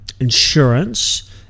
insurance